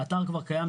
האתר כבר קיים,